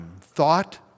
Thought